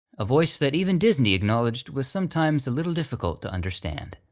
a voice that even disney acknowledged was sometimes a little difficult to understand.